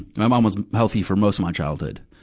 my mom was healthy for most of my childhood.